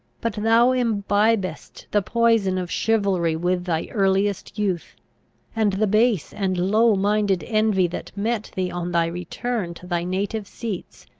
but thou imbibedst the poison of chivalry with thy earliest youth and the base and low-minded envy that met thee on thy return to thy native seats,